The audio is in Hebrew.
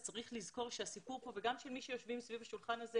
צריך לזכור שהסיפור כאן וגם של מי שיושבים סביב השולחן הזה